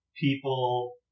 people